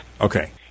Okay